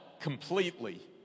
completely